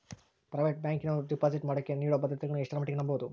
Private ಬ್ಯಾಂಕಿನವರು deposit ಮಾಡೋಕೆ ನೇಡೋ ಭದ್ರತೆಗಳನ್ನು ಎಷ್ಟರ ಮಟ್ಟಿಗೆ ನಂಬಬಹುದು?